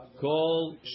Call